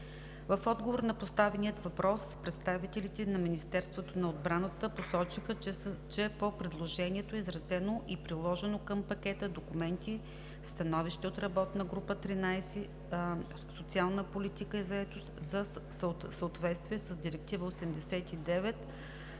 В отговор на поставения въпрос представителите на Министерството на отбраната посочиха, че по предложението е изразено и приложено към пакета документи становище от работна група 13 „Социална политика и заетост“ за съответствие с Директива